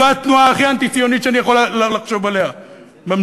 זו התנועה הכי אנטי-ציונית שאני יכול לחשוב עליה במדינה.